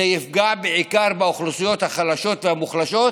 זה יפגע בעיקר באוכלוסיות החלשות והמוחלשות,